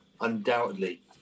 undoubtedly